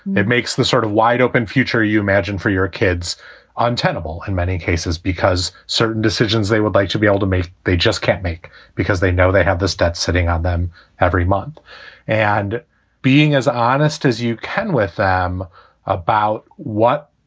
it makes the sort of wide open future you imagine for your kids untenable in many cases because certain decisions they would like to be able to make. they just can't make because they know they have this debt sitting on them every month and being as honest as you can with about what,